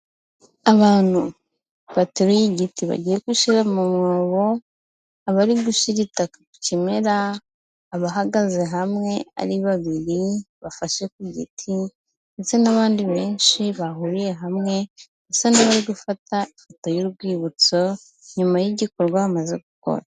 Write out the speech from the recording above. Abantu bateruye igiti bagiye gushira mu mwobo, abari gushyira itaka ku kimera, abahagaze hamwe, ari babiri bafashe ku giti ndetse n'abandi benshi bahuriye hamwe, basa n'abari gufata ifoto y'urwibutso nyuma y'igikorwa bamaze gukora.